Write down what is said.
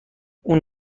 اون